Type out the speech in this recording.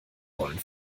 wollen